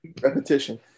Repetition